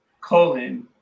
colon